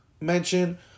mention